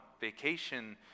vacation